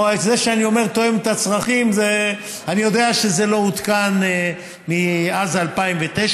זה שאני אומר "תואם את הצרכים" אני יודע שזה לא עודכן מאז 2009,